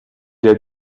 est